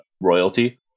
royalty